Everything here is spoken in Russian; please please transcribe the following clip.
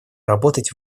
работать